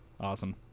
Awesome